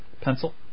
pencil